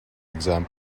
exam